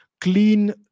clean